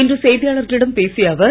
இன்று செய்தியாளர்களிடம் பேசிய அவர்